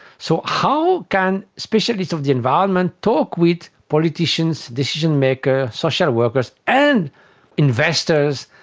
so how can specialists of the environment talk with politicians, decision-makers, social workers and investors,